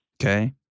Okay